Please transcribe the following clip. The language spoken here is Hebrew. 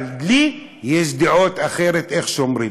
אבל לי יש דעות אחרות, איך שאומרים.